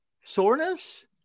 soreness